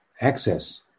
access